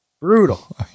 Brutal